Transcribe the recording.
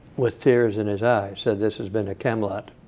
with tears in his eyes, said this has been a camelot